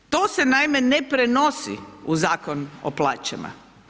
To se naime, ne prenosi u Zakon o plaćama.